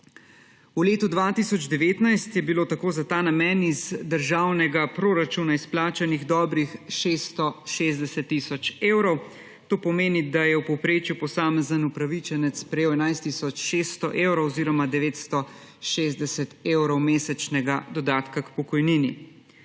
V letu 2019 je bilo tako za ta namen iz državnega proračuna izplačanih dobrih 660 tisoč evrov, to pomeni, da je v povprečju posamezni upravičenec prejel 11 tisoč 600 evrov oziroma 960 evrov mesečnega dodatka k pokojnini.